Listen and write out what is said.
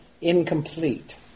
incomplete